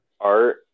art